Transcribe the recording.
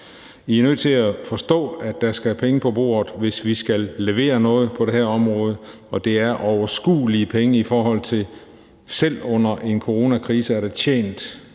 I er nødt til at forstå, at der skal penge på bordet, hvis vi skal levere noget på det her område, og det er overskuelige penge. Selv under en coronakrise er der tjent